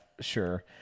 sure